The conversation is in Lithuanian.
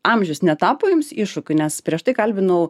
amžius netapo jums iššūkiu nes prieš tai kalbinau